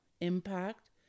impact